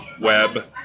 web